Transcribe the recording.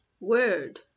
word